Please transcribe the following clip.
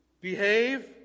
behave